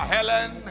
Helen